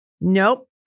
Nope